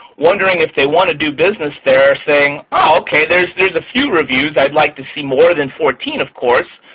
wondering if they want to do business there, saying, oh, okay, there are a few reviews. i'd like to see more than fourteen, of course,